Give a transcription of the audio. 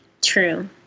true